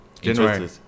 january